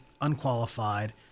unqualified